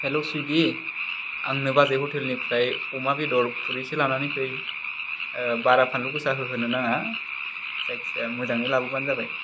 hello सुइगि आंनो बाजै हटेलनिफ्राय अमा बेदर खुरैसे लानानै फै बारा फानलु गोसा हो होनो नाङा जायखि जाया मोजाङै लाबोबानो जाबाय